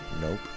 Nope